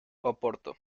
oporto